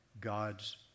God's